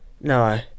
No